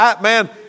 Man